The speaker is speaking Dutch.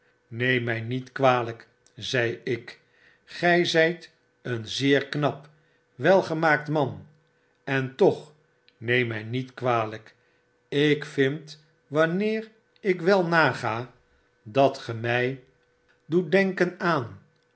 neem mij niet kwaljjk zei ik gy zyteen zeer knap welgemaakt man en toch neem my niet kwalijk ik vind wanneer ik wel naga dat ge mij doet denken aan